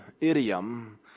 idiom